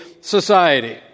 society